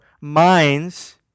minds